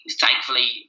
thankfully